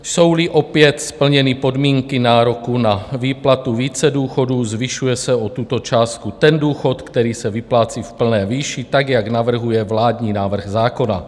Jsouli opět splněny podmínky nároku na výplatu více důchodů, zvyšuje se o tuto částku ten důchod, který se vyplácí v plné výši tak, jak navrhuje vládní návrh zákona.